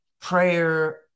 prayer